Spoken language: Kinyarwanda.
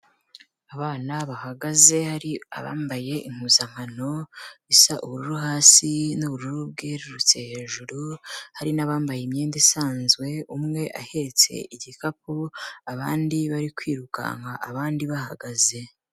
Abana bahagaze hari abambaye impuzankano isa ubururu hasi n'ubururu bwerurutse hejuru, hari n'abambaye imyenda isanzwe umwe ahetse igikapu, abandi bari kwirukanka abandi bahagaze.